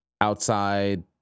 outside